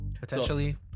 potentially